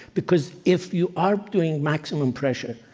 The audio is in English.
because if you are doing maximum pressure,